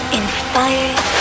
inspired